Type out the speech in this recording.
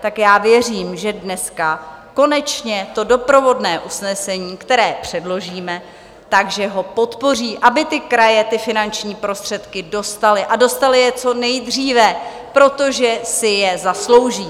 Tak věřím, že dneska konečně to doprovodné usnesení, které předložíme, že ho podpoří, aby ty kraje finanční prostředky dostaly a dostaly je co nejdříve, protože si je zaslouží.